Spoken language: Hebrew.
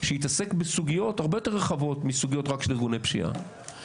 שהתעסק בסוגיות הרבה יותר רחבות מסוגיות רק של אגרוני פשיעה.